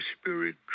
spirit